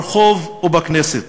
ברחוב ובכנסת.